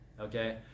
okay